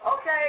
Okay